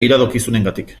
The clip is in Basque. iradokizunengatik